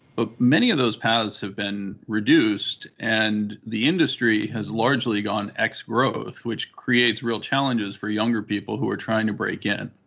but many of those paths have been reduced, and the industry has largely gone ex growth, which creates real challenges for younger people who are trying to break in.